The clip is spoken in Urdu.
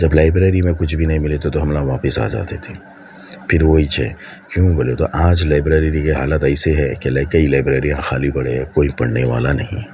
جب لائبریری میں کچھ بھی نہیں ملے تو تو ہم لوگ واپس آ جاتے تھے پھر وایچ ہے کیوں بولے تو آج لائبریری کی یہ حالت ایسی ہے کہ کئی لائبریریاں خالی پڑے ہیں کوئی پڑھنے والا نہیں